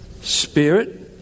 Spirit